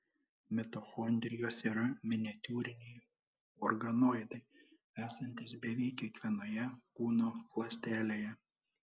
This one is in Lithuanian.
mitochondrijos yra miniatiūriniai organoidai esantys beveik kiekvienoje kūno ląstelėje